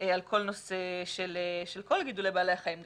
על כל נושא של כל גידולי בעלי החיים,